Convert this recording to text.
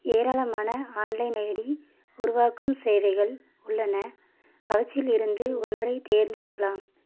ஏராளமான online ID உருவாக்கும் சேவைகள் உள்ளன அவற்றிலிருந்து ஒன்றைத் தேர்ந்தெடுக்கலாம்